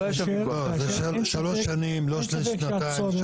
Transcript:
לא, לשלוש שנים, לא שנתיים.